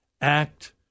act